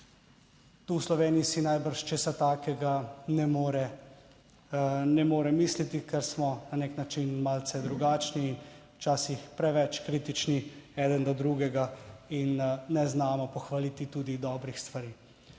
Tu, v Sloveniji, si najbrž česa takega ne more, ne more misliti, ker smo na nek način malce drugačni, včasih preveč kritični eden do drugega in ne znamo pohvaliti tudi dobrih stvari.